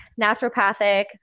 naturopathic